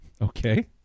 Okay